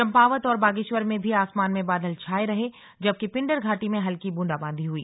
चम्पावत और बागेश्वर में भी आसमान में बादल छाए रहे जबकि पिंडर घाटी में हल्की बूंदाबांदी हुई